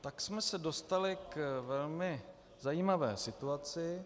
Tak jsme se dostali k velmi zajímavé situaci.